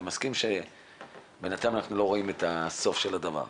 אני מסכים שבינתיים אנחנו לא רואים את הסוף של הדבר.